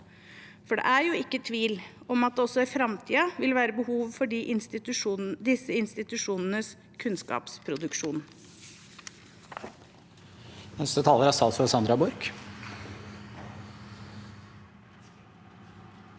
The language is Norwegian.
For det er jo ikke tvil om at det også i framtiden vil være behov for disse institusjonenes kunnskapsproduksjon.